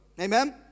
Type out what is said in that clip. Amen